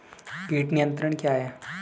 कीट नियंत्रण क्या है?